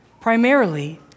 Primarily